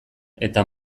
eta